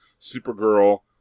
Supergirl